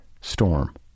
storm